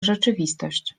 rzeczywistość